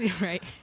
Right